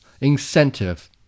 incentive